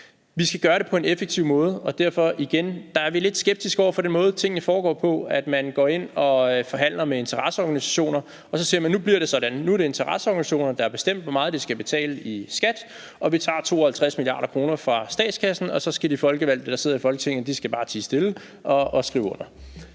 Vi skal gøre det på en effektiv måde, og derfor er vi igen lidt skeptiske over for den måde, tingene foregår på, altså at man går ind og forhandler med interesseorganisationer, og så siger man: Nu bliver det sådan, nu er det interesseorganisationerne, der har bestemt, hvor meget de skal betale i skat, og vi tager 52 mia. kr. fra statskassen, og så skal de folkevalgte, der sidder i Folketinget, bare tie stille og skrive under.